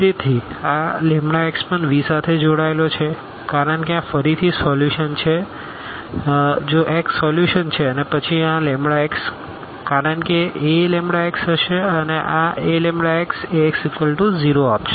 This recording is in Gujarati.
તેથી આ x પણ V સાથે જોડાયેલો છે કારણ કે આ ફરીથી સોલ્યુશન છે જો x સોલ્યુશન છે અને પછી આ x કારણ કે Aλx હશે અને આ Aλx Ax 0 આપશે